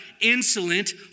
insolent